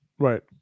Right